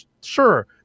sure